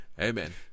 Amen